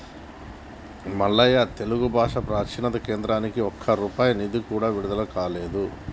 మల్లయ్య తెలుగు భాష ప్రాచీన కేంద్రానికి ఒక్క రూపాయి నిధులు కూడా విడుదల కాలేదు